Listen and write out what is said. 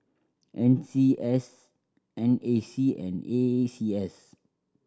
N C S N A C and A C S